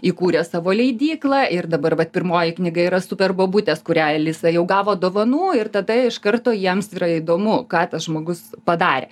įkūrė savo leidyklą ir dabar vat pirmoji knyga yra super bobutės kurią alisa jau gavo dovanų ir tada iš karto jiems yra įdomu ką tas žmogus padarė